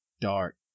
dark